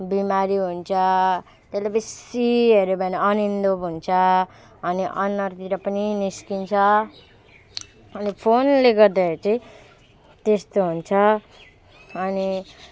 बिमारी हुन्छ त्यसले बेसी हेर्यो भने अनिदो हुन्छ अनि अनुहारतिर पनि निस्किन्छ अहिले फोनले गर्दाखेरि चाहिँ त्यस्तो हुन्छ अनि